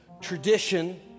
tradition